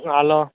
hello